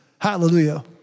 Hallelujah